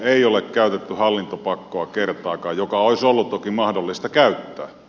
ei ole käytetty hallintopakkoa kertaakaan jotka olisi ollut toki mahdollista käyttää